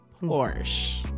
Porsche